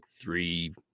three